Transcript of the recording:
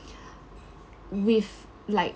with like